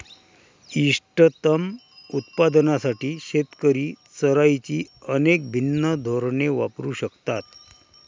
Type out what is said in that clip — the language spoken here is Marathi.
इष्टतम उत्पादनासाठी शेतकरी चराईची अनेक भिन्न धोरणे वापरू शकतात